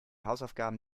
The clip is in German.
hausaufgaben